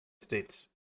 States